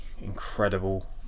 incredible